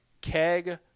Keg